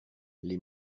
les